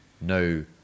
no